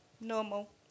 normal